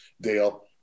Dale